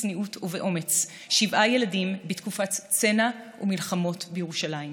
בצניעות ובאומץ שבעה ילדים בתקופת צנע ומלחמות בירושלים.